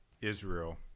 Israel